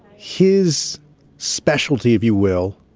his specialty, if you will,